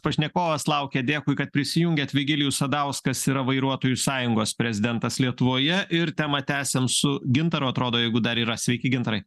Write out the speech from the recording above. pašnekovas laukia dėkui kad prisijungėt virgilijus sadauskas yra vairuotojų sąjungos prezidentas lietuvoje ir temą tęsiam su gintaru atrodo jeigu dar yra sveiki gintarai